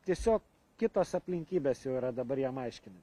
tiesiog kitos aplinkybės jau yra dabar jam aiškinu